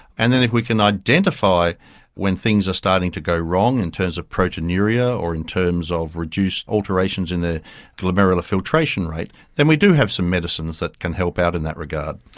and then if we can identify when things are starting to go wrong in terms of proteinuria or in terms of reduced alterations in their glomerular filtration rate than we do have some medicines that can help out in that regard.